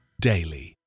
daily